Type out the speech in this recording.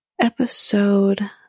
episode